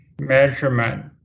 measurement